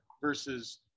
versus